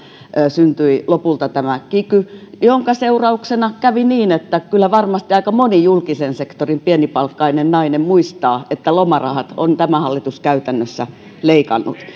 syntyi lopulta tämä kiky jonka seurauksena kävi niin että kyllä varmasti aika moni julkisen sektorin pienipalkkainen nainen muistaa että lomarahat on tämä hallitus käytännössä leikannut